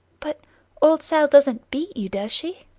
but old sal doesn't beat you, does she?